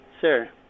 Sir